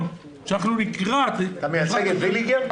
כשאנחנו לקראת --- אתה מייצג את ויליגר?